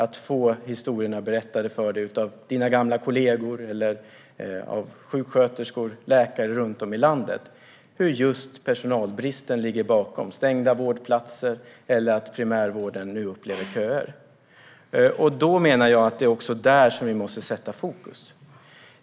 Du har väl fått berättat för dig av gamla kollegor, sjuksköterskor eller läkare runt om i landet hur just personalbrist ligger bakom stängda vårdplatser eller att primärvården nu upplever köer. Jag menar att det också är där som vi måste sätta fokus.